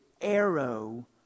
arrow